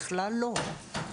בכלל לא.